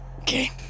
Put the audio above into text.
Okay